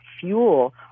fuel